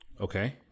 Okay